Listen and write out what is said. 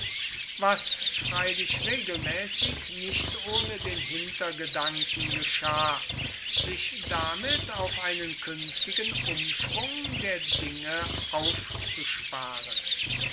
was freilich regelmäßig nicht ohne den hintergedanken geschah sich damit auf einen künftigen umschwung der dinge aufzusparen